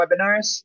webinars